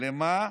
למה?